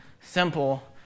simple